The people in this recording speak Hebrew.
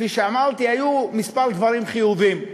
כפי שאמרתי, היו כמה דברים חיוביים: